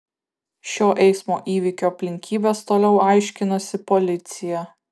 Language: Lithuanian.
šio eismo įvykio aplinkybes toliau aiškinasi policija